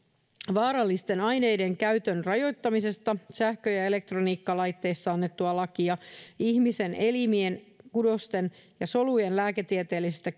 vaarallisten aineiden käytön rajoittamisesta sähkö ja elektroniikkalaitteissa annettua lakia ihmisen elimien kudosten ja solujen lääketieteellisestä